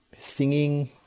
Singing